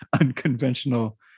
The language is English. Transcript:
unconventional